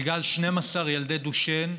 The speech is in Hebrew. בגלל 12 ילדי דושן,